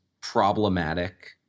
problematic